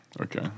Okay